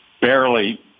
barely